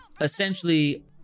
essentially